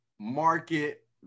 Market